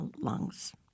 lungs